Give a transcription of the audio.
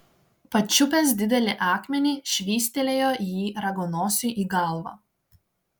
pačiupęs didelį akmenį švystelėjo jį raganosiui į galvą